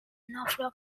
norfolk